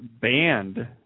banned